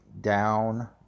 down